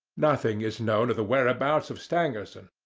nothing is known of the whereabouts of stangerson.